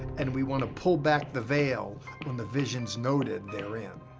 and we wanna pull back the veil on the visions noted therein.